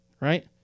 right